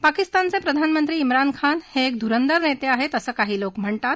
पाकिस्तानचे प्रधानमंत्री शिरान खान हे एक धुरंदर नेते आहेत असं काही लोक म्हणतात